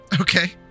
Okay